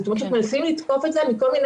זאת אומרת שאנחנו מנסים לתקוף את זה מכל מיני